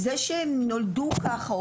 זה שהם נולדו ככה,